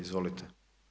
Izvolite.